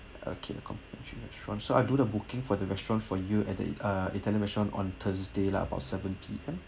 okay the complimentary restaurant so I do the booking for the restaurant for you at the uh italian restaurant on thursday lah about seven P_M